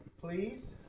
please